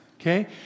okay